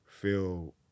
feel